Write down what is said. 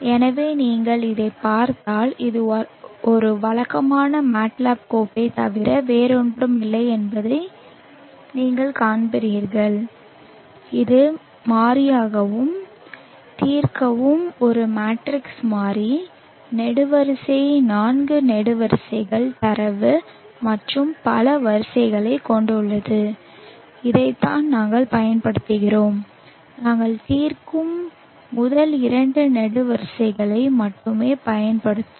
எனவே நீங்கள் இதைப் பார்த்தால் இது ஒரு வழக்கமான MATLAB கோப்பைத் தவிர வேறொன்றுமில்லை என்பதை நீங்கள் காண்பீர்கள் இது மாறியாகவும் தீர்க்கவும் ஒரு மேட்ரிக்ஸ் மாறி நெடுவரிசை நான்கு நெடுவரிசைகள் தரவு மற்றும் பல வரிசைகளைக் கொண்டுள்ளது இதைத்தான் நாங்கள் பயன்படுத்துகிறோம் நாங்கள் தீர்க்கும் முதல் இரண்டு நெடுவரிசைகளை மட்டுமே பயன்படுத்தும்